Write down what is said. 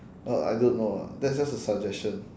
uh I don't know ah that's just a suggestion